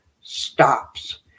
stops